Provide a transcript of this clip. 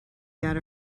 got